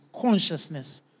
consciousness